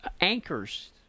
anchors